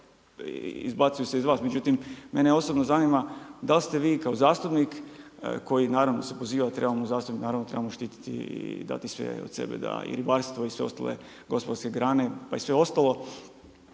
izbacuju se iz vas, međutim mene osobno zanima da li ste vi kao zastupnik koji naravno se poziva …/Govornik se ne razumije./… naravno trebamo štititi i dati sve od sebe da i ribarstvo i sve ostale gospodarske grane, pa i sve ostalo